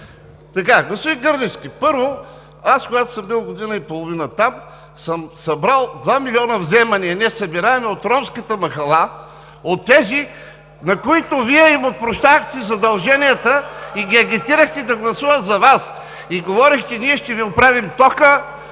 памет. Господин Гърневски, първо, когато аз съм бил година и половина там, съм събрал 2 милиона вземания – несъбираеми, от ромската махала, от тези, на които Вие им опрощавахте задълженията и ги агитирахте да гласуват за Вас, и говорехте: „Ние ще Ви оправим тока,